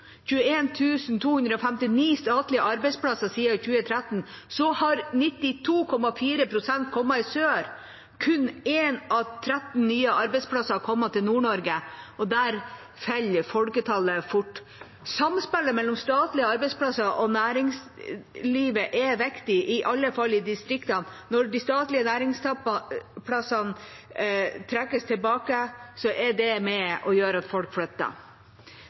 259 statlige arbeidsplasser siden 2013, har 92,4 pst. kommet i sør. Kun én av 13 nye arbeidsplasser har kommet til Nord-Norge, og der faller folketallet fort. Samspillet mellom statlige arbeidsplasser og næringslivet er viktig – i alle fall i distriktene. Når de statlige arbeidsplassene trekkes tilbake, er det med på å gjøre at folk flytter.